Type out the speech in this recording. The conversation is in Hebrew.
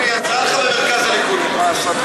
הנה, היא עזרה לך במרכז הליכוד עם זה.